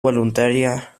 voluntaria